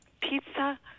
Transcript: pizza